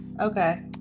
Okay